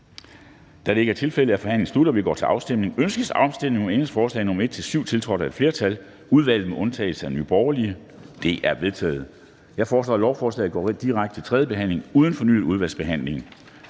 13:09 Afstemning Formanden (Henrik Dam Kristensen): Ønskes afstemning om ændringsforslag nr. 1-7, tiltrådt af et flertal (udvalget med undtagelse af Nye Borgerlige)? De er vedtaget. Jeg foreslår, at lovforslaget går direkte til tredje behandling uden fornyet udvalgsbehandling.